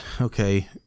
okay